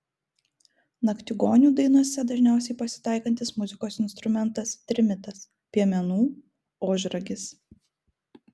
naktigonių dainose dažniausiai pasitaikantis muzikos instrumentas trimitas piemenų ožragis